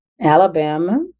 Alabama